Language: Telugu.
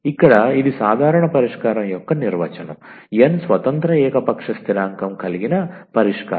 ఇక్కడ ఇది సాధారణ పరిష్కారం యొక్క నిర్వచనం 𝑛 స్వతంత్ర ఏకపక్ష స్థిరాంకం కలిగిన పరిష్కారం